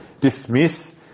dismiss